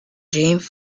james